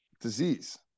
disease